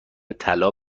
طلا